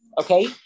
okay